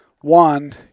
One